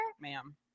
Ma'am